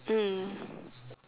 mm